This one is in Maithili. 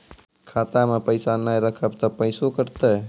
खाता मे पैसा ने रखब ते पैसों कटते?